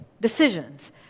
decisions